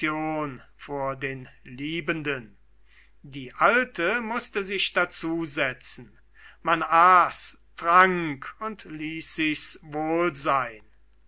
vor den liebenden die alte mußte sich dazusetzen man aß trank und ließ sich's wohl sein